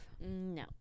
No